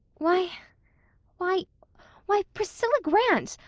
why why why! priscilla grant,